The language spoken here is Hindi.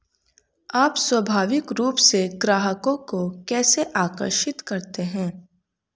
आप स्वाभाविक रूप से ग्राहकों को कैसे आकर्षित करते हैं?